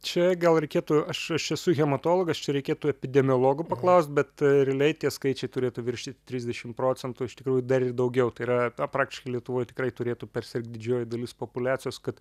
čia gal reikėtų aš aš esu hematologas čia reikėtų epidemiologų paklaust bet realiai tie skaičiai turėtų viršyti trisdešim procentų o iš tikrųjų dar ir daugiau tai yra na praktiškai lietuvoj tikrai turėtų persirgt didžioji dalis populiacijos kad